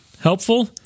Helpful